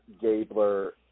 Gabler